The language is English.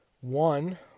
One